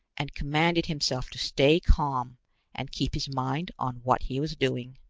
and commanded himself to stay calm and keep his mind on what he was doing.